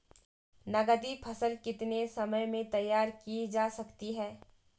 नगदी फसल कितने समय में तैयार की जा सकती है?